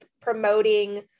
promoting